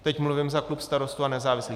Teď mluvím za klub Starostů a nezávislých.